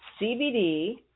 CBD